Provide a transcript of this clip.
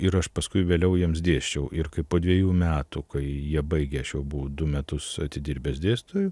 ir aš paskui vėliau jiems dėsčiau ir kai po dvejų metų kai jie baigė šiuo būdu metus atidirbęs dėstytoju